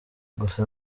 gusa